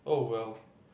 oh well